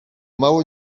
mało